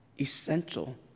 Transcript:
essential